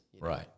right